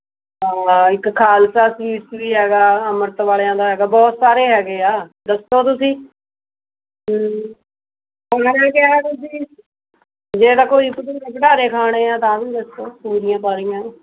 ਇੱਕ ਖਾਲਸਾ ਸਵੀਟਸ ਵੀ ਹੈਗਾ ਅੰਮ੍ਰਿਤ ਵਾਲਿਆਂ ਦਾ ਹੈਗਾ ਬਹੁਤ ਸਾਰੇ ਹੈਗੇ ਆ ਦੱਸੋ ਤੁਸੀਂ ਖਾਣਾ ਕਿਆ ਤੁਸੀਂ ਜੇ ਤਾਂ ਕੋਈ ਭਟੂਰੇ ਭਟਾਰੇ ਖਾਣੇ ਹੈ ਤਾਂ ਵੀ ਦੱਸੋ ਪੂਰੀਆਂ ਪਾਰੀਆਂ